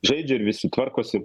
žaidžia ir visi tvarkosi